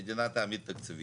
המדינה תעמיד תקציבים.